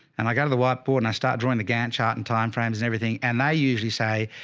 and i go to the whiteboard and i start drawing the gantt chart and timeframes and everything. and they usually say,